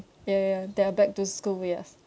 ya ya they are back to school yes